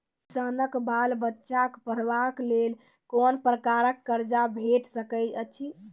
किसानक बाल बच्चाक पढ़वाक लेल कून प्रकारक कर्ज भेट सकैत अछि?